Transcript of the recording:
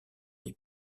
les